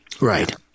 Right